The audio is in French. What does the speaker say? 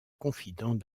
confident